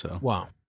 Wow